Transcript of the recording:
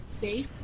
safe